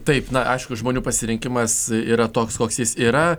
taip na aišku žmonių pasirinkimas yra toks koks jis yra